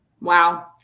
Wow